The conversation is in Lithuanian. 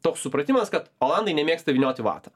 toks supratimas kad olandai nemėgsta vynioti į vatą